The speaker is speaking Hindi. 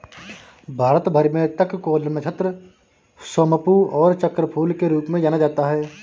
भारत भर में तककोलम, नक्षत्र सोमपू और चक्रफूल के रूप में जाना जाता है